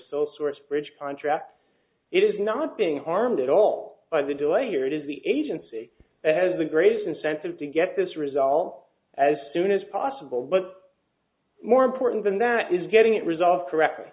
sole source bridge contract it is not being harmed at all by the delay or it is the agency that has the greatest incentive to get this resolved as soon as possible but more important than that is getting it resolved correctly